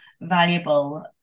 valuable